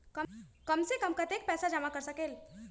सबसे कम कतेक पैसा जमा कर सकेल?